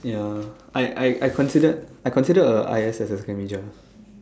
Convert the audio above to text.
ya I I I considered I considered a I_S as a second major ah